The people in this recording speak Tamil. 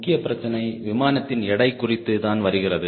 முக்கிய பிரச்சினை விமானத்தின் எடை குறித்து தான் வருகிறது